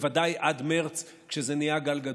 ובוודאי עד מרץ, כשזה נהיה גל גדול.